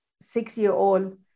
six-year-old